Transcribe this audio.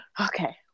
Okay